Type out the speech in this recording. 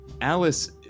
Alice